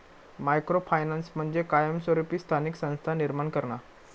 micro finance म्हणजे कायमस्वरूपी स्थानिक संस्था निर्माण करणा